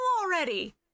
already